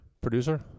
producer